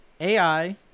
AI